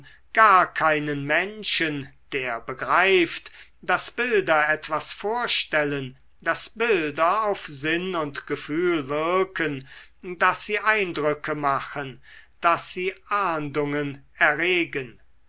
gar keinen menschen der begreift daß bilder etwas vorstellen daß bilder auf sinn und gefühl wirken daß sie eindrücke machen daß sie ahndungen erregen